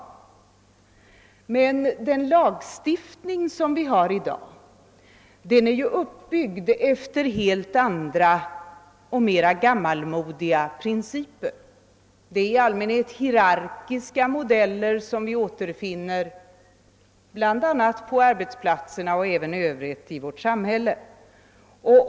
Den lagstiftning vi har i dag är emellertid uppbyggd efter helt andra och mera gammalmodiga principer. I allmänhet är det hierarkiska modeller som vi återfinner bl.a. på arbetsplatserna och även i övrigt i vårt samhälle.